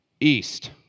east